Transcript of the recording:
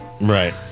Right